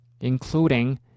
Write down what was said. including